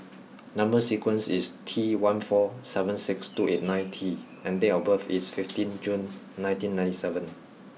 number sequence is T one four seven six two eight nine T and date of birth is fifteenth June nineteen ninety seven